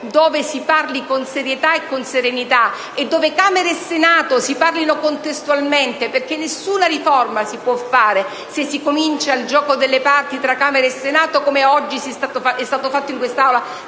dove si parli con serietà e con serenità e dove Camera e Senato si parlino contestualmente, perché nessuna riforma si può fare se si comincia il gioco delle parti tra Camera e Senato, come è stato fatto oggi in quest'Aula